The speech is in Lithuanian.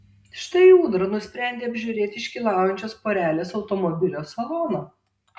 štai ūdra nusprendė apžiūrėti iškylaujančios porelės automobilio saloną